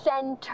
center